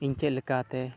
ᱤᱧ ᱥᱮᱫ ᱞᱮᱠᱟᱛᱮ